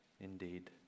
indeed